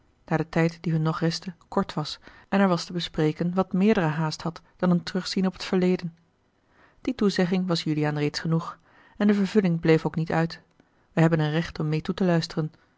daar de tijd die hun nog restte kort was en er was te bespreken wat meerdere haast had dan een terugzien op het verleden die toezegging was juliaan reeds genoeg en de vervulling bleef ook niet uit wij hebben een recht om meê toe te luisteren